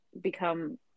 become